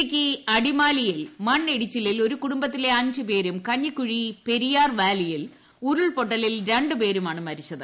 ഇടുക്കി അടിമാലിയിൽ മണ്ണിടിച്ചിലിൽ ഒരു കുടുംബത്തിലെ അഞ്ചു പേരും കഞ്ഞിക്കുഴി പെരിയാർ വാലിയിൽ ഉരുൾപൊട്ടലിൽ രണ്ടുപേരുമാണ് മരിച്ചത്